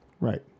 Right